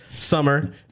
Summer